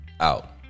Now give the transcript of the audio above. out